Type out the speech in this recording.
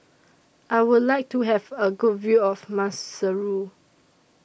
I Would like to Have A Good View of Maseru